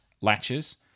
latches